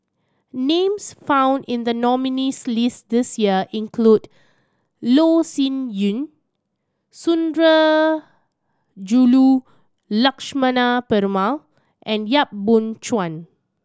names found in the nominees' list this year include Loh Sin Yun Sundarajulu Lakshmana Perumal and Yap Boon Chuan